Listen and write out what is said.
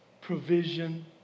provision